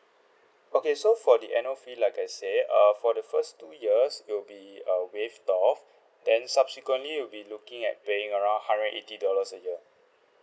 okay so for the annual fee like I said uh for the first two years it will be uh waived off then subsequently you'll be looking at paying around hundred and eighty dollars a year